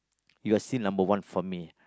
you are still number one for me